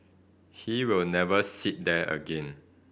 he will never sit there again